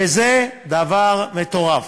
וזה דבר מטורף.